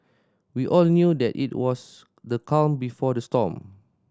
we all knew that it was the calm before the storm